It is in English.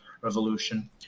Revolution